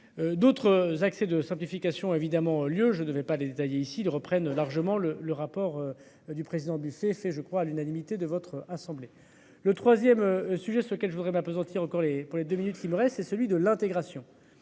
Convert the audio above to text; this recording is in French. D'autres accès de simplification évidemment lieu je ne vais pas détailler ici ils reprennent largement le le rapport. Du président du c'est fait je crois à l'unanimité de votre assemblée, le 3ème. Sujet, ce qu'elle, je voudrais m'appesantir encore les pour les deux minutes qui me restent, c'est celui de l'intégration.